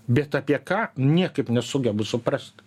bet apie ką niekaip nesugebu suprast